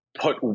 put